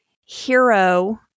hero